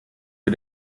für